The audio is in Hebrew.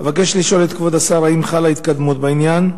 אבקש לשאול את כבוד השר: האם חלה התקדמות בעניין?